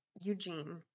Eugene